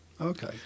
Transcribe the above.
Okay